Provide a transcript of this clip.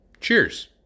Cheers